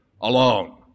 alone